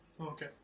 Okay